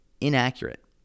inaccurate